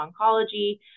oncology